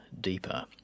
Deeper